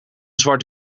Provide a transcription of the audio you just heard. zwart